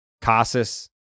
Casas